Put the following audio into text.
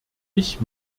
ich